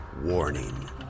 Warning